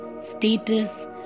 status